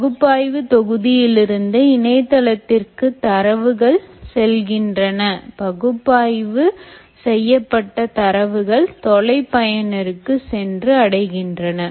பகுப்பாய்வு தொகுதியிலிருந்து இணையதளத்திற்கு தரவுகள் சென்றடைகின்றன பகுப்பாய்வு செய்யப்பட்ட தரவுகள் தொலை பயனருக்கு சென்று அடைகின்றன